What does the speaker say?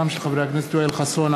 הצעתם של חברי הכנסת יואל חסון,